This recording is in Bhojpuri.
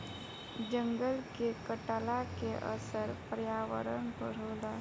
जंगल के कटला के असर पर्यावरण पर होला